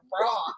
Raw